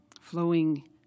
flowing